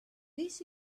this